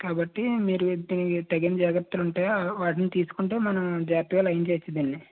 కాబట్టి మీరు ఎ తె ఎ తగిన జాగ్రత్తలు ఉంటే ఆ వాటిని తీసుకుంటే మనం జాగ్రత్తగా నయం చెయ్యచ్చు దీన్ని